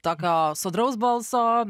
tokio sodraus balso